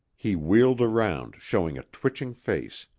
he wheeled round, showing a twitching face.